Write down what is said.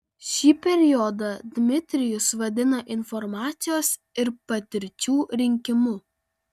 šį periodą dmitrijus vadina informacijos ir patirčių rinkimu